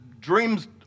dreams